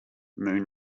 moon